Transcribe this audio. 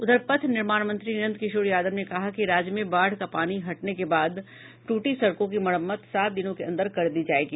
उधर पथ निर्माण मंत्री नंदकिशोर यादव ने कहा है कि राज्य में बाढ़ का पानी हटने के बाद टूटी सड़कों की मरम्मत सात दिनों के अन्दर कर दी जायेगी